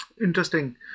Interesting